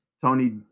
Tony